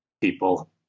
people